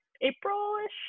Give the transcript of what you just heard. April-ish